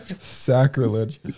sacrilege